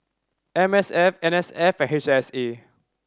M S F N S F H S A